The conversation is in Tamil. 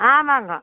ஆமாங்க